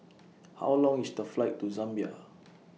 How Long IS The Flight to Zambia